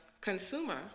consumer